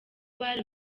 bari